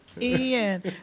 Ian